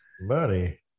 Money